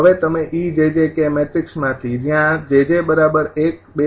હવે તમે ejj k matrix માથી ત્યાં 𝑗𝑗 ૧૨